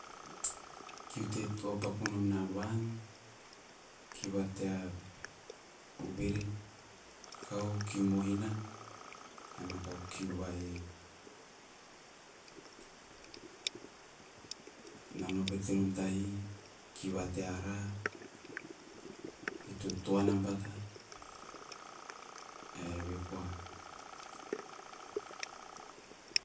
Kiu te, kiu to papaku nom na van, kiu va tea oveve, kakau, kiu mohina kiu va iei. Na nao petenom tahi, kiu va tea ara mene totoana bata ae eve koa.